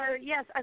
Yes